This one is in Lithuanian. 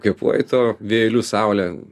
kvėpuoji tou vėjeliu saule